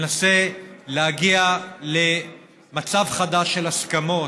ננסה להגיע למצב חדש של הסכמות,